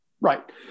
Right